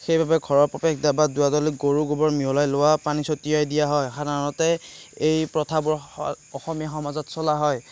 সেই বাবে ঘৰৰ প্ৰৱেশদ্বাৰ বা দুৱাৰডলিত গৰু গোবৰ মিহলাই লোৱা পানী ছটিয়াই দিয়া হয় সাধাৰণতে এই প্ৰথাবোৰ অসমীয়া সমাজত চলা হয়